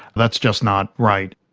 that's just not right.